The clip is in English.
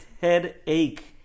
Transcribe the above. headache